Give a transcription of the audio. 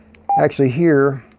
actually here.